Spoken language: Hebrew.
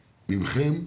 מכם,